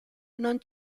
non